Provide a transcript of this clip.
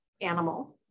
animal